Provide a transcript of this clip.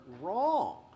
wrong